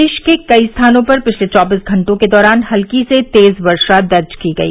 प्रदेश के कई स्थानों पर पिछले चौबीस घंटों के दौरान हल्की से तेज वर्षा दर्ज की गई